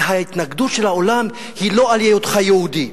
ההתנגדות של העולם היא לא על היותך יהודי,